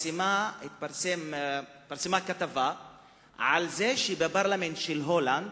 התפרסמה כתבה על זה שבפרלמנט של הולנד,